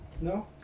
No